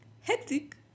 hectic